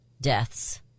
deaths